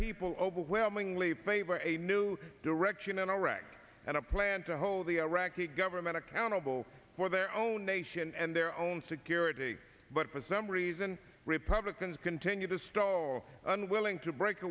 people overwhelmingly favor a new direction in iraq and a plan to hold the iraqi government accountable for their own nation and their own security but for some reason republicans continue to stall unwilling to break